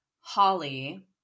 Holly